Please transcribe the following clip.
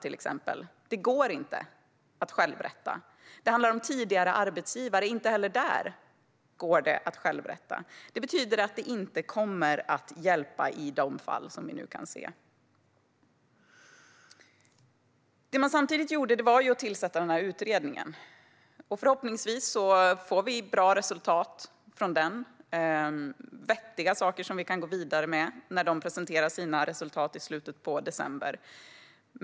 Dessa går det inte att självrätta. Det kan även handla om tidigare arbetsgivare. Inte heller då går det att självrätta. Det här betyder att förslaget inte kommer att vara till hjälp i de fall som vi nu ser. Samtidigt tillsatte regeringen utredningen. Förhoppningsvis får vi bra resultat med vettiga saker som vi kan gå vidare med efter att utredningen har presenterat sina resultat i slutet av december.